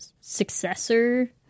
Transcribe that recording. successor